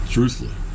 Truthfully